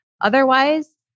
Otherwise